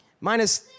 minus